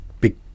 big